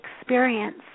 experience